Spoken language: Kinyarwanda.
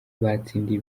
batsindiye